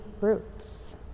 roots